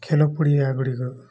ଖେଳ ପଡ଼ିଆଗୁଡ଼ିକ